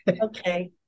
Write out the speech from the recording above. Okay